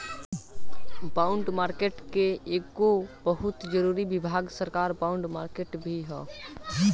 bond market के एगो बहुत जरूरी विभाग सरकार बॉन्ड मार्केट भी ह